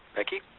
becky